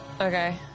Okay